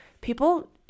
people